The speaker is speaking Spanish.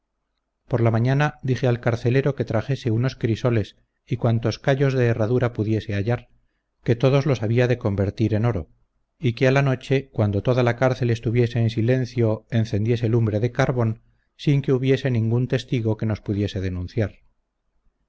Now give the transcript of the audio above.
por la mañana dije al carcelero que trajese unos crisoles y cuantos callos de herradura pudiese hallar que todos los había de convertir en oro y que a la noche cuando toda la cárcel estuviese en silencio encendiese lumbre de carbón sin que hubiese ningún testigo que nos pudiese denunciar